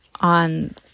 on